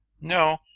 No